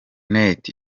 net